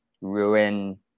ruin